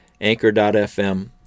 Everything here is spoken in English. Anchor.fm